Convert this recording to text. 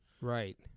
right